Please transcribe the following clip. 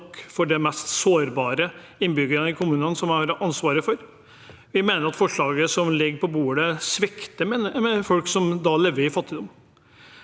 for de mest sårbare innbyggerne som kommunene har ansvaret for. Vi mener at forslaget som ligger på bordet, svikter folk som lever i fattigdom.